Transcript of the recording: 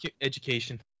education